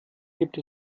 gibt